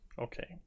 Okay